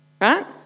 right